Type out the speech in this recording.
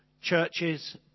churches